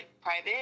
private